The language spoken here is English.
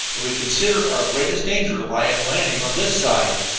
and we considered our greatest danger lay in landing on this side.